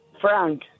Frank